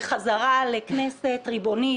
זה חזרה לכנסת ריבונית,